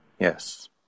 Yes